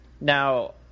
now